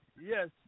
Yes